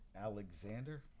Alexander